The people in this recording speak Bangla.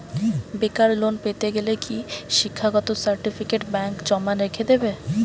বেকার লোন পেতে গেলে কি শিক্ষাগত সার্টিফিকেট ব্যাঙ্ক জমা রেখে দেবে?